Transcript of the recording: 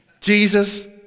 Jesus